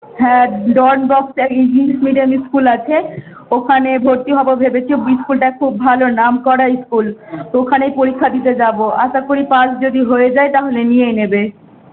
হ্যাঁ ডন বক্সে English medium school আছে ওখানে ভর্তি হবো ভেবেছি স্কুলটা খুব ভালো নাম করা স্কুল ওখানে পরীক্ষা দিতে যাবো আশা করি পাশ যদি হয়ে যাই তাহলে নিয়ে নেবে